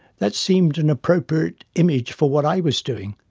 that seemed an appropriate image for what i was doing.